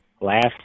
last